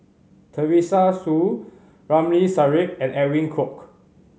Teresa Hsu Ramli Sarip and Edwin Koek